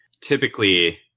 typically